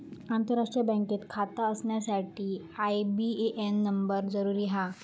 आंतरराष्ट्रीय बँकेत खाता असण्यासाठी आई.बी.ए.एन नंबर जरुरी आहे